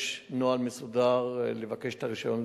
יש נוהל מסודר לבקש את הרשיון,